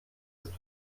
ist